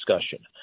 discussion